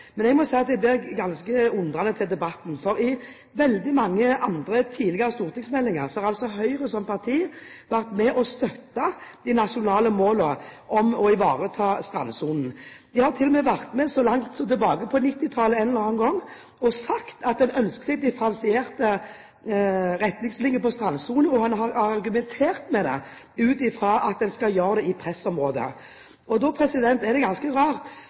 Men jeg må si at jeg blir ganske forundret over debatten. I forbindelse med veldig mange andre, tidligere stortingsmeldinger har Høyre som parti vært med på å støtte de nasjonale målene om å ivareta strandsonen – de sa til og med så langt tilbake som på 1990-tallet en eller annen gang at de ønsket seg differensierte retningslinjer når det gjelder strandsonen, og har argumentert ut fra at en skal ha det i pressområder. Rogaland og Hordaland er noen av de fylkene som bl.a. blir diskutert her, hvor det